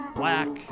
black